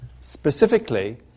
specifically